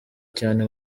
cyane